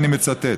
ואני מצטט: